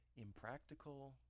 impractical